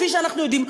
כפי שאנחנו יודעים,